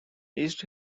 east